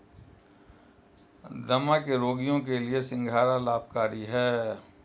दमा के रोगियों के लिए सिंघाड़ा लाभकारी है